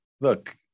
look